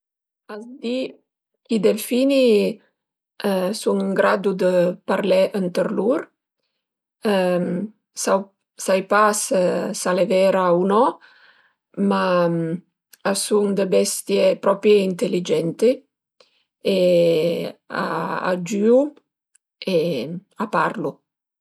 A s'di ch'i delfini a sun ën graddu 'd parlé ëntër lur sau sai pa s'al e vera u no ma a sun dë bestie propri inteligenti e a giüu e a parlu